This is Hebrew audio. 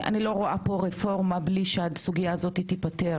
אני לא רואה פה רפורמה בלי שהסוגיה הזאת תיפתר.